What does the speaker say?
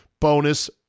bonus